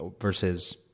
versus